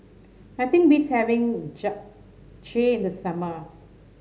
nothing beats having Japchae in the summer